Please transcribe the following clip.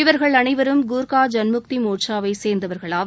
இவர்கள் அனைவரும் கூர்கா ஜன்முக்தி மோட்சாவை சேர்ந்தவர்கள் ஆவர்